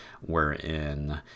wherein